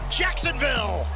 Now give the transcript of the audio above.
jacksonville